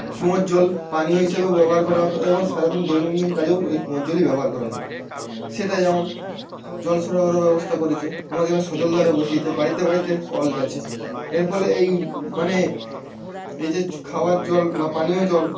কুঁয়োর জল পানীয় হিসেবেও ব্যবহার করা হত এবং সারাদিন দৈনন্দিন কাজেও এই কুঁয়োর জলই ব্যবহার করা হত সেটা যেমন জল সরবরাহের ব্যবস্থা করেছে আমাদের এখানে সজল ধারা বসিয়েছে বাড়িতে বাড়িতে কল গেছে এর ফলে এই মানে এই যে খাবার জল বা পানীয় জল